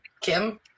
Kim